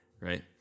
right